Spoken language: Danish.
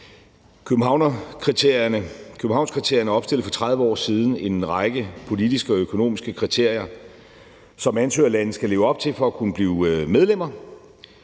Københavnskriterierne opstillede for 30 år siden en række politiske og økonomiske kriterier, som ansøgerlande skal leve op til for at kunne blive medlemmer.